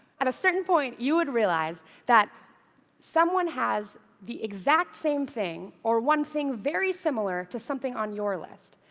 at a certain point, you would realize that someone has the exact same thing, or one thing very similar, to something on your list.